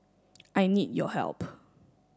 I need your help